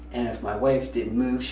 and if my wife didn't move,